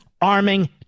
arming